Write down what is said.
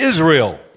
Israel